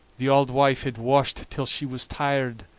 the auld wife had washed till she was tired,